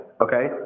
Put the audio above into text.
Okay